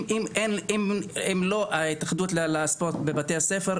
אלמלא התאחדות הספורט בבתי הספר,